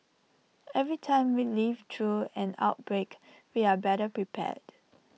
every time we live through an outbreak we are better prepared